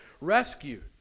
rescue